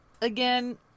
Again